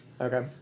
okay